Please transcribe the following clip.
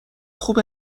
خوب